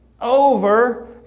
over